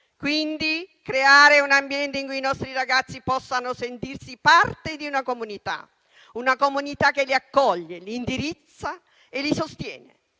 Occorre creare un ambiente in cui i nostri ragazzi possano sentirsi parte di una comunità che li accoglie, li indirizza e li sostiene.